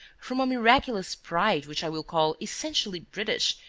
from a miraculous pride which i will call essentially british,